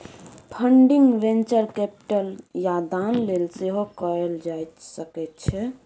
funding venture capital या दान लेल सेहो कएल जा सकै छै